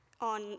on